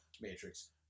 Matrix